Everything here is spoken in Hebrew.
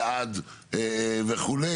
אלעד וכו'.